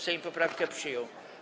Sejm poprawkę przyjął.